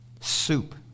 soup